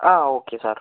ആ okay sir